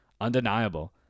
undeniable